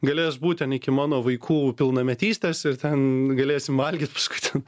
galės būt ten iki mano vaikų pilnametystės ir ten galėsim valgyt paskui ten